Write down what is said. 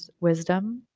wisdom